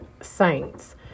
saints